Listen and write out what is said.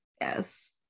Yes